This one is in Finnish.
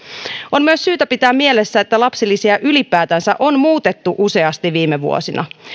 on myös syytä pitää mielessä että lapsilisiä ylipäätänsä on muutettu useasti viime vuosina